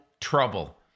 trouble